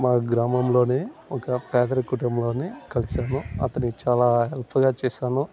మా గ్రామంలోనే ఒక పేదరి కుటుంబంలోనే కలిసాను అతని చాలా హెల్ప్గా చేసాను